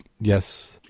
Yes